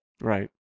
Right